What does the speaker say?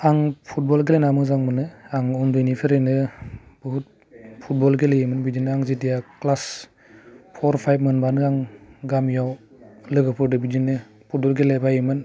आं फुटबल गेलेना मोजां मोनो आं उन्दैनिफोरायनो बहुत फुटबल गेलेयोमोन बिदिनो आं जिथिया ख्लास फर फाइभ मोनबानो आं गामियाव लोगोफोरजों बिदिनो फुटबल गेलेबायोमोन